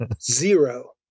zero